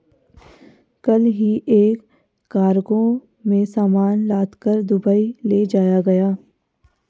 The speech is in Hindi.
कल ही एक कार्गो में सामान लादकर दुबई ले जाया गया